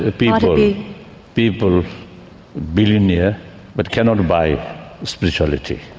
ah but people billionaire but cannot buy spirituality.